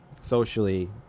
socially